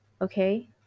okay